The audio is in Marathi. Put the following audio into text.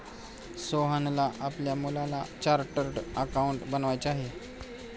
सोहनला आपल्या मुलाला चार्टर्ड अकाउंटंट बनवायचे आहे